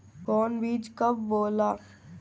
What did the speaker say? कौन बीज कब बोआला?